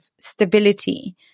stability